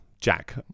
Jack